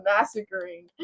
massacring